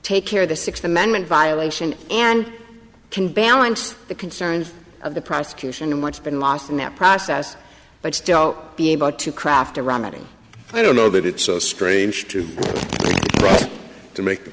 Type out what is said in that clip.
take care of the sixth amendment violation and can balance the concerns of the prosecution in what's been lost in that process but still be able to craft a remedy i don't know that it's so strange to me to make the